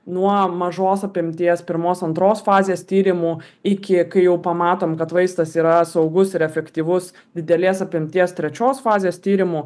nuo mažos apimties pirmos antros fazės tyrimų iki kai jau pamatom kad vaistas yra saugus ir efektyvus didelės apimties trečios fazės tyrimų